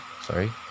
sorry